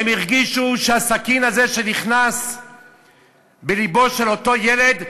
הם הרגישו שהסכין הזה שנכנס בלבו של אותו ילד,